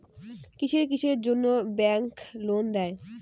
কিসের কিসের জন্যে ব্যাংক লোন দেয়?